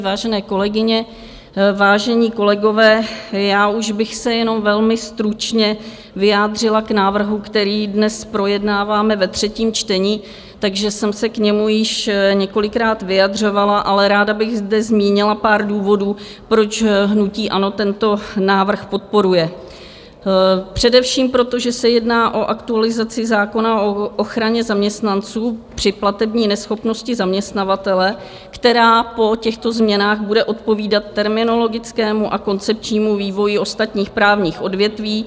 Vážené kolegyně, vážení kolegové, já už bych se jenom velmi stručně vyjádřila k návrhu, který dnes projednáváme ve třetím čtení, takže jsem se k němu již několikrát vyjadřovala, ale ráda bych zde zmínila pár důvodů, proč hnutí ANO tento návrh podporuje především proto, že se jedná o aktualizaci zákona o ochraně zaměstnanců při platební neschopnosti zaměstnavatele, která po těchto změnách bude odpovídat terminologickému a koncepčnímu vývoji ostatních právních odvětví.